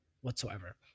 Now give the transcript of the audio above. whatsoever